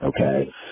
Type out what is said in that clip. okay